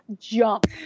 jump